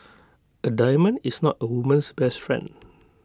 A diamond is not A woman's best friend